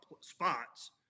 spots